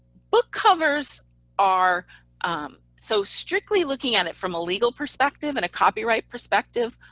book covers are so strictly looking at it from a legal perspective, and a copyright perspective.